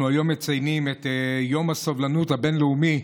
אנחנו מציינים היום את יום הסובלנות הבין-לאומי.